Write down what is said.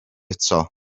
eto